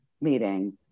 meeting